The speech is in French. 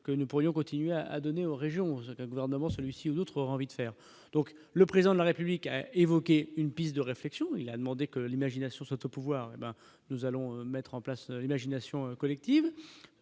que nous pourrions continuer à donner aux régions, aucun un gouvernement celui-ci ou d'autres envies de faire donc le président de la République a évoqué une piste de réflexion, il a demandé que l'imagination soit au pouvoir, nous allons mettre en place imagination collective